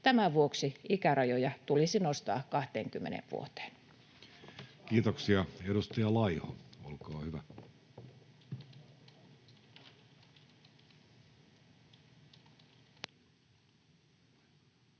Tämän vuoksi ikärajoja tulisi nostaa 20 vuoteen. Kiitoksia. — Edustaja Laiho, olkaa hyvä. Arvoisa